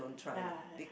ya I